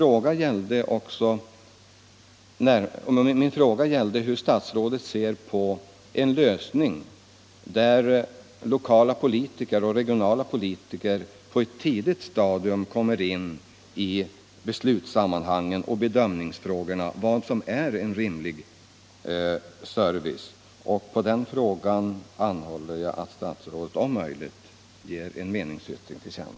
Jag frågade hur statsrådet ser på en lösning, där lokala och regionala politiker på ett tidigt stadium kommer in i beslutssammanhangen. Jag anhåller att statsrådet om möjligt ger en meningsyttring till känna.